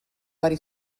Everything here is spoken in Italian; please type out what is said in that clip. vari